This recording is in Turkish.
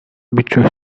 bütçe